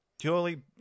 purely